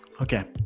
okay